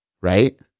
right